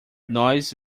nós